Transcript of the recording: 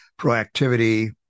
proactivity